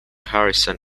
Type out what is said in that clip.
harrison